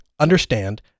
understand